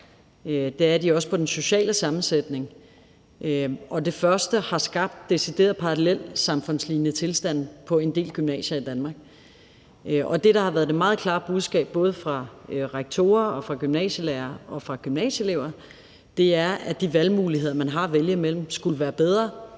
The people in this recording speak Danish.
med hensyn til den sociale sammensætning, og det første har skabt deciderede parallelsamfundslignende tilstande på en del gymnasier i Danmark. Det, der har været det meget klare budskab, både fra rektorer og fra gymnasielærere og fra gymnasieelever, er, at de valgmuligheder, man har at vælge imellem, skulle være bedre,